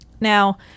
Now